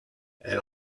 elle